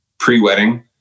Pre-wedding